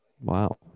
Wow